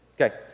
okay